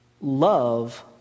love